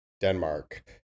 Denmark